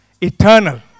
eternal